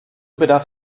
bedarf